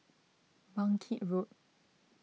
Bangkit Road